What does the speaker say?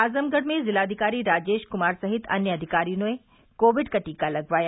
आजमगढ़ में जिलाधिकारी राजेश कुमार सहित अन्य अधिकारियों ने कोविड का टीका लगवाया